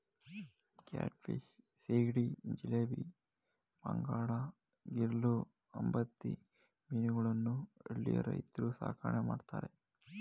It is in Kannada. ಕ್ಯಾಟ್ ಫಿಶ್, ಸೀಗಡಿ, ಜಿಲೇಬಿ, ಬಾಂಗಡಾ, ಗಿರ್ಲೂ, ಅಂಬತಿ ಮೀನುಗಳನ್ನು ಹಳ್ಳಿಯ ರೈತ್ರು ಸಾಕಣೆ ಮಾಡ್ತರೆ